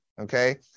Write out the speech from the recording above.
Okay